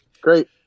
Great